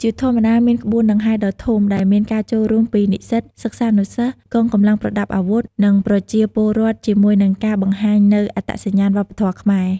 ជាធម្មតា មានក្បួនដង្ហែរដ៏ធំដែលមានការចូលរួមពីនិស្សិត សិស្សានុសិស្ស កងកម្លាំងប្រដាប់អាវុធ និងប្រជាពលរដ្ឋជាមួយនឹងការបង្ហាញនូវអត្តសញ្ញាណវប្បធម៌ខ្មែរ។